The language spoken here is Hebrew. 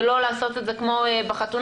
ולא לעשות את זה כמו בחתונות.